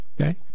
okay